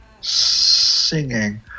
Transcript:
singing